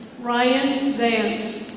ryan and zance.